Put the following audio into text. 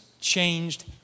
changed